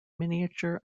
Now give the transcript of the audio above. miniature